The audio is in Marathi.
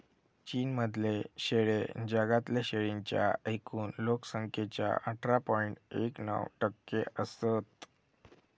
चीन मधले शेळे जगातल्या शेळींच्या एकूण लोक संख्येच्या अठरा पॉइंट एक नऊ टक्के असत